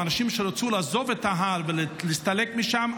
אנשים שרצו לעזוב את ההר ולהסתלק משם,